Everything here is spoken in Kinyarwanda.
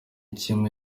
kimwe